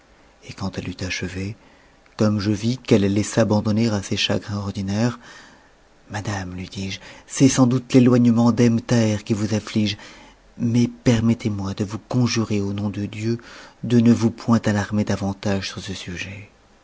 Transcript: et quand elle eut achevé comme je vis qu'elle allait s'abandonner à ses chagrins ordinaires madame lui dis-je c'est sans doute i'é oignementd'ebnthaher qui vous afsige mais permettez-moi de vous conjurer au nom de dieu de ne vous point alarmer davantage sur ce sujet